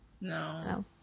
No